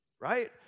right